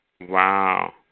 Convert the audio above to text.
Wow